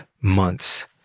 months